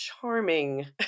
charming